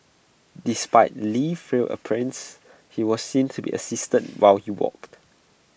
despite Li's frail appearance he was seen to be assisted while he walked